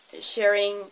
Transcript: sharing